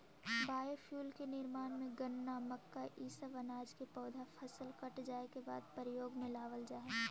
biofuel के निर्माण में गन्ना, मक्का इ सब अनाज के पौधा फसल कट जाए के बाद प्रयोग में लावल जा हई